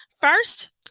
First